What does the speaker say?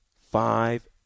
Five